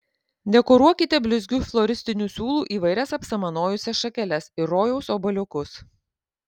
dekoruokite blizgiu floristiniu siūlu įvairias apsamanojusias šakeles ir rojaus obuoliukus